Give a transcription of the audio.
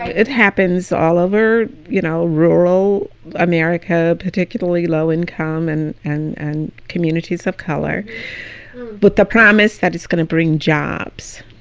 it happens all over you know rural america, particularly low income and and and communities of color with but the promise that it's going to bring jobs.